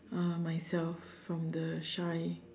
uh myself from the shy